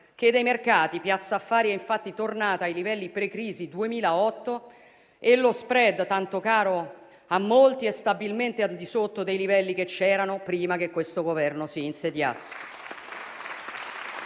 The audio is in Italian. che dei mercati. Piazza Affari è infatti tornata ai livelli pre crisi del 2008 e lo *spread*, tanto caro a molti, è stabilmente al di sotto dei livelli che c'erano prima che questo Governo si insediasse.